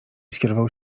skierował